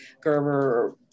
Gerber